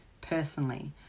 personally